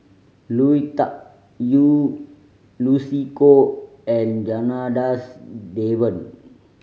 Lui Tuck Yew Lucy Koh and Janadas Devan